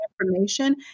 information